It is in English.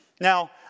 Now